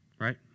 Right